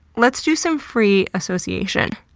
let's do some free association.